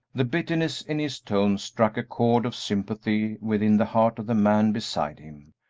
the bitterness in his tones struck a chord of sympathy within the heart of the man beside him,